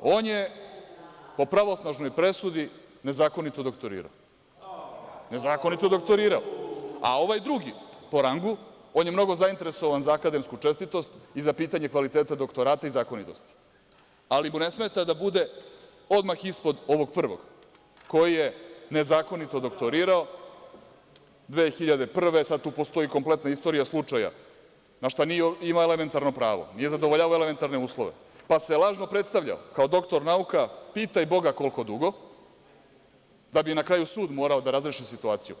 on je po pravosnažnoj presudi nezakonito doktorirao, a ovaj drugi po rangu, on je mnogo zainteresovan za akademsku čestitost i za pitanje kvaliteta doktorata zakonitosti, ali mu ne smeta da bude odmah ispod ovog prvog, koji je nezakonito doktorirao, 2001. godine, e sada tu postoji kompletna istorija slučaja, na šta nije imao elementarno pravo, nije zadovoljavao elementarne uslove, pa se lažno predstavljao kao doktor nauka, pitaj Boga koliko dugo, da bi na kraju sud morao da razreši situaciju.